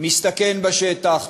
מסתכן בשטח,